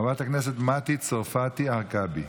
חברת הכנסת מטי צרפתי הרכבי.